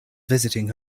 visiting